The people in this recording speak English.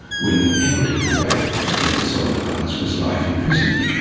when the penalty for rape in solomon islands was life imprisonment.